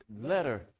letter